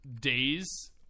days